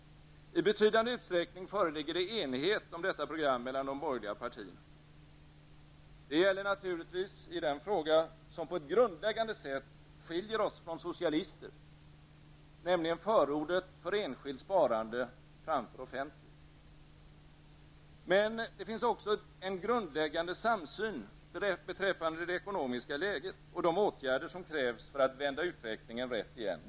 I betydande utsträckning föreligger det enighet om detta program mellan de borgerliga partierna. Det gäller naturligtvis i den fråga som på ett grundläggande sätt skiljer oss från socialister, nämligen förordet för enskilt sparande framför offentligt. Men det finns också en grundläggande samsyn beträffande det ekonomiska läget och de åtgärder som krävs för att vända utvecklingen rätt igen.